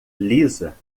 lisa